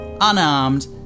Unarmed